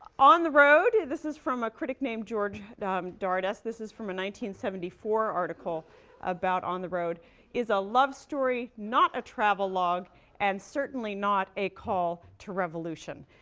on the road this is from a critic named george dardess this is from a seventy four article about on the road is a love story, not a travelogue and certainly not a call to revolution.